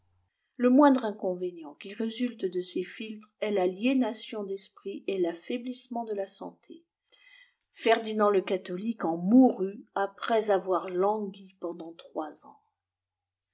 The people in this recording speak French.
le moindre inconvénient qui résulte de ces philtres est l'aliénation d'esprit et l'affaiblissement de la santé ferdinand le catholique en mourut après avoir langui pendant trois ans